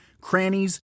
crannies